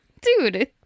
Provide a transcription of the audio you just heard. Dude